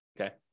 okay